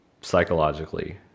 psychologically